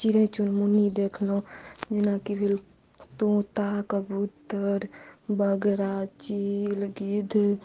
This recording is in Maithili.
चिड़ै चुनमुनी देखलहुॅं जेनाकि भेल तोता कबूतर बगरा चील गिद्ध